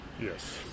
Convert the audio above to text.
yes